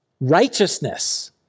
righteousness